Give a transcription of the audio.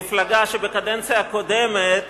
מפלגה שבקדנציה הקודמת